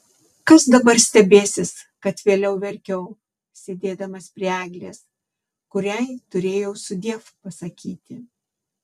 kas dabar stebėsis kad vėliau verkiau sėdėdamas prie eglės kuriai turėjau sudiev pasakyti